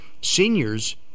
seniors